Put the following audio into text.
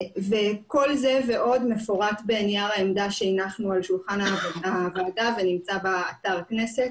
כל זה ועוד מפורט בנייר העמדה שהנחנו על שולחן הוועדה ונמצא באתר הכנסת.